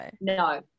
No